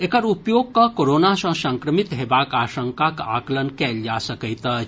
एकर उपयोग कऽ कोरोना सॅ संक्रमित हेबाक आशंकाक आकलन कयल जा सकैत अछि